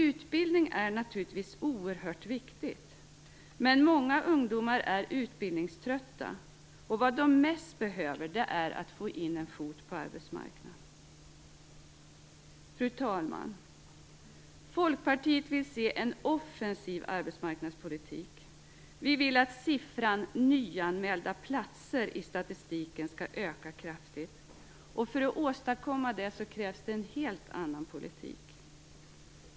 Utbildning är naturligtvis oerhört viktig, men många ungdomar är utbildningströtta, och vad de mest behöver är att få in en fot på arbetsmarknaden. Fru talman! Folkpartiet vill se en offensiv arbetsmarknadspolitik. För att åstadkomma det krävs det en helt annan politik.